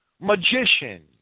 magician